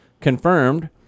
confirmed